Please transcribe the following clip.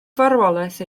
farwolaeth